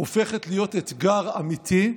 הופכת להיות אתגר אמיתי.